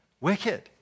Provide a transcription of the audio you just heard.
Wicked